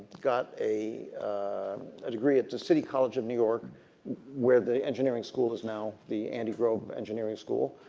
got a ah degree at the city college of new york where the engineering school is now the andy grove engineering school,